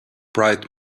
bright